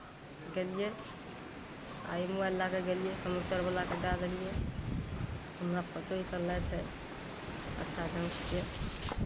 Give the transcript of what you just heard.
गेलियै आ ई मोबाइल लऽ कऽ गेलियै कम्प्यूटरवलाकेँ दए देलियै हमरा फोटो निकलनाइ छै अच्छा ढङ्गके